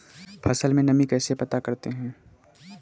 फसल में नमी कैसे पता करते हैं?